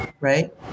right